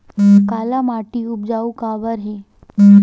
काला माटी उपजाऊ काबर हे?